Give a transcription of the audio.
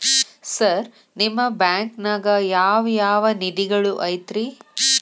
Sir ನಿಮ್ಮ ಬ್ಯಾಂಕನಾಗ ಯಾವ್ ಯಾವ ನಿಧಿಗಳು ಐತ್ರಿ?